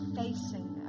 facing